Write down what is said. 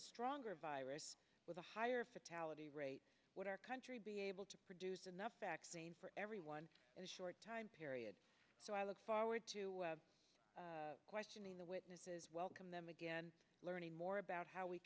a stronger virus with a higher fatality rate what our country be able to produce enough vaccine for everyone is short time period so i look forward to questioning the witnesses welcome them again learning more about how we